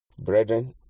Brethren